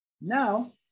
now